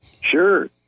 Sure